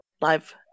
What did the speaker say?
live